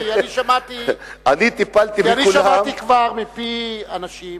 כי אני שמעתי כבר מפי אנשים